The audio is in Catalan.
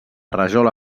rajola